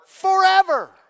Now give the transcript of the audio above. forever